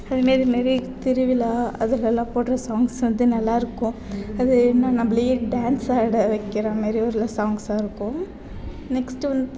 அது மாரி நிறைய திருவிழா அதிலெல்லாம் போடுகிற சாங்ஸ் வந்து நல்லாயிருக்கும் இது இன்னும் நம்மலையே டான்ஸ் ஆட வைக்கிற மாதிரி ஒரு உள்ள சாங்ஸாயிருக்கும் நெக்ஸ்ட்டு வந்து